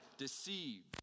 deceived